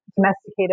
domesticated